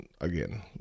again